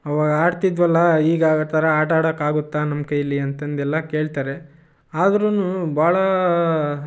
ಅವಾಗ ಆಡ್ತಿದ್ದೆವಲ್ಲ ಈಗ ಆ ಥರ ಆಟಾಡೋಕ್ಕಾಗುತ್ತ ನಮ್ಮ ಕೈಯಲ್ಲಿ ಅಂತಂದು ಎಲ್ಲ ಕೇಳ್ತಾರೆ ಆದ್ರೂ ಭಾಳ